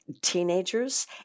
teenagers